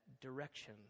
direction